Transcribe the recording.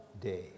day